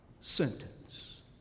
sentence